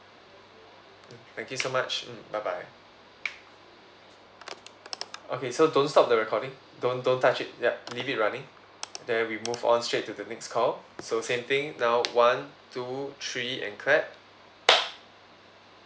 mm thank you so much mm bye bye okay so don't stop the recording don't don't touch it yup leave it running then we move on straight to the next call so same thing now one two three and clap